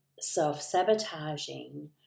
self-sabotaging